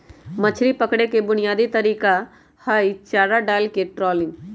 मछरी पकड़े के बुनयादी तरीका हई चारा डालके ट्रॉलिंग